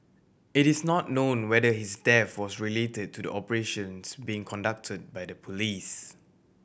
it is not known whether his death was related to the operations being conducted by the police